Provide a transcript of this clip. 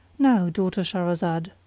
now, daughter shahrazad,